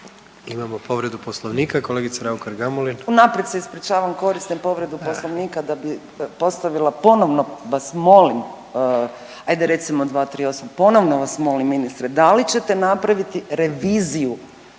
Imamo povredu Poslovnika, kolegica Raukar Gamulin. **Raukar-Gamulin, Urša (Možemo!)** Unaprijed se ispričavam, koristim povredu Poslovnika da bi postavila ponovno vas molim, ajde recimo 238., ponovno vas molim ministre da li ćete napraviti reviziju